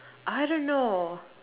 I don't know